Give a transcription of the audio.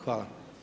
Hvala.